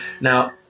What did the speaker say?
Now